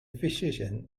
physician